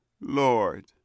Lord